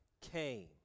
came